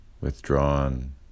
withdrawn